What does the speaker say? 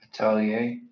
atelier